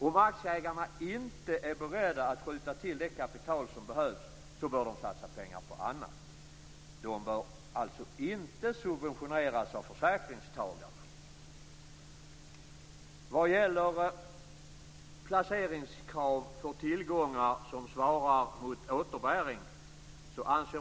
Om aktieägarna inte är beredda att skjuta till det kapital som behövs bör de satsa pengar på annat. De bör alltså inte subventioneras av försäkringstagarna.